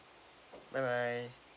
bye bye